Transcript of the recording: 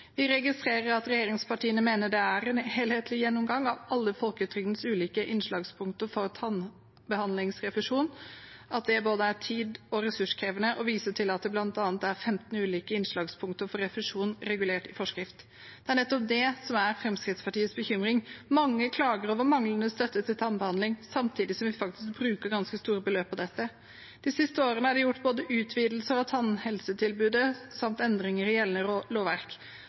Vi registrerer at regjeringspartiene mener at en helhetlig gjennomgang av alle folketrygdens ulike innslagspunkter for tannbehandlingsrefusjon er både er tid- og ressurskrevende, og viser til at det bl.a. er 15 ulike innslagspunkter for refusjon regulert i forskrift. Det er nettopp dette som er Fremskrittspartiets bekymring. Mange klager over manglende støtte til tannbehandling, samtidig som vi faktisk bruker ganske store beløp på dette. De siste årene er det gjort både utvidelser av tannhelsetilbudet og endringer i gjeldende lovverk.